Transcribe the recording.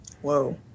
Whoa